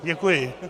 Děkuji.